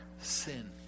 sin